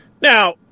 Now